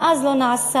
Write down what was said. מאז לא נעשה